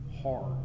hard